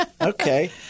Okay